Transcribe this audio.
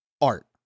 art